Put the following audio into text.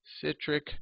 Citric